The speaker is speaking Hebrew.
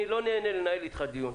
אני לא נהנה לנהל אתך דיון.